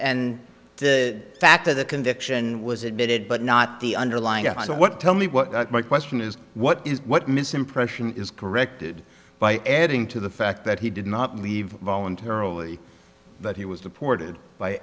and the fact that the conviction was admitted but not the underlying what tell me what my question is what is what misimpression is corrected by adding to the fact that he did not leave voluntarily but he was deported by